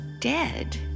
dead